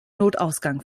notausgang